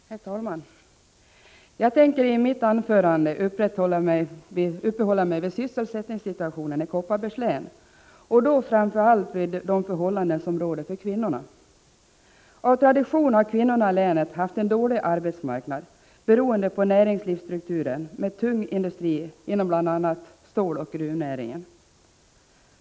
Herr talman! Jag tänker i mitt anförande uppehålla mig vid sysselsättningssituationen i Kopparbergs län, och då framför allt vid de förhållanden som råder för kvinnorna. Av tradition har kvinnorna i länet haft en dålig arbetsmarknad, beroende på näringslivsstrukturen med tung industri inom bl.a. ståloch gruvnäringen.